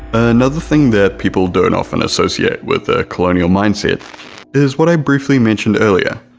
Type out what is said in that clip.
another thing that people don't often associate with a colonial mindset is what i briefly mentioned earlier,